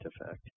effect